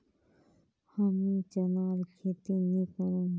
हमीं चनार खेती नी करुम